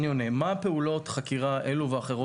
מה פעולות החקירה האלו והאחרות